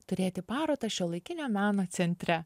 turėti parodą šiuolaikinio meno centre